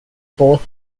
both